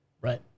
Right